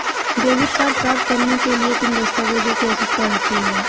Debit card प्राप्त करने के लिए किन दस्तावेज़ों की आवश्यकता होती है?